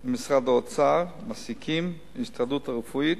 עם משרד האוצר, עם מעסיקים, עם ההסתדרות הרפואית.